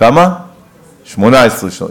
18 שנים.